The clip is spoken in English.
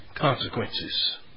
Consequences